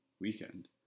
weekend